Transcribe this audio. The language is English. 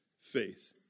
faith